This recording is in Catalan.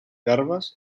garbes